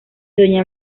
doña